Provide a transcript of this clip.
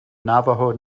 navajo